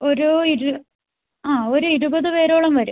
ഒരു ആ ഒരു ഇരുപത് പേരോളം വരും